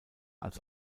als